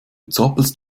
zappelst